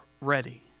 ready